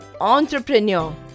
Entrepreneur